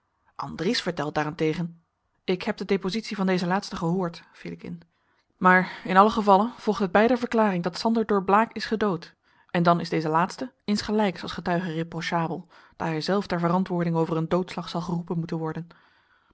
andries vertelt daarentegen ik heb de depositie van dezen laatste gehoord viel ik in maar in allen gevalle volgt uit beider verklaring dat sander door blaek is gedood en dan is deze laatste insgelijks als getuige reprochabel daar hijzelf ter verantwoording over een doodslag zal geroepen moeten worden